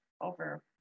over